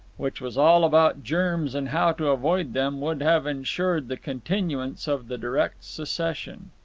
which was all about germs and how to avoid them, would have insured the continuance of the direct succession.